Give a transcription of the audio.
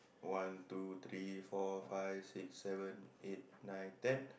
one two three four five six seven eight nine ten